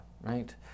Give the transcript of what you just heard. right